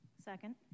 Second